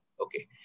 Okay